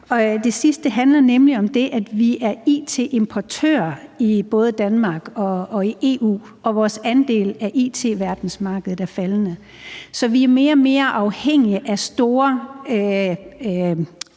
Det sidste handler nemlig om det, at vi er it-importører i både Danmark og EU, og at vores andel af it-verdensmarkedet er faldende, så vi er mere og mere afhængige af store